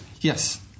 Yes